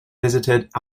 visited